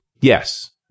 Yes